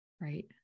Right